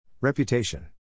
Reputation